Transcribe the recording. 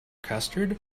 custard